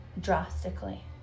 drastically